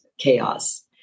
chaos